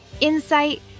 insight